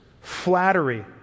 flattery